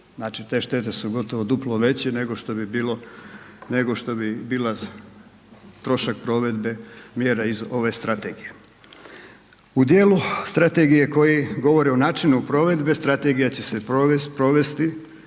Znači te štete su gotovo duplo veće nego što bi bila trošak provedbe mjera iz ove Strategije. U dijelu strategije koji govori o načinu provedbe, strategija će se provesti,